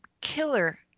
killer